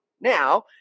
now